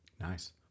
Nice